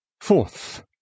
Fourth